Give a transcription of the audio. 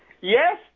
Yes